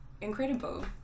Incredible